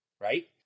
right